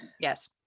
Yes